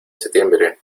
septiembre